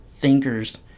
Thinkers